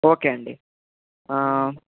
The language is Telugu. ఓకే అండి